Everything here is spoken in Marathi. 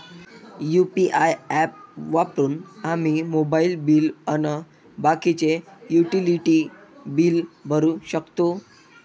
यू.पी.आय ॲप वापरून आम्ही मोबाईल बिल अन बाकीचे युटिलिटी बिल भरू शकतो